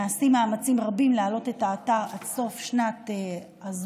נעשים מאמצים רבים להעלות את האתר עד סוף שנה זו,